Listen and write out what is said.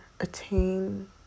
attain